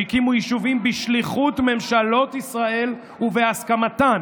שהקימו יישובים בשליחות ממשלות ישראל ובהסכמתן.